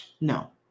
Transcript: No